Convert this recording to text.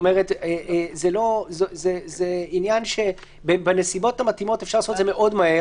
זה עניין שבנסיבות המתאימות אפשר לעשותו מאוד מהר